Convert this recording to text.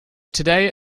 today